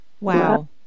Wow